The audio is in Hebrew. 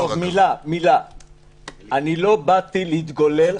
לא באתי להתגולל,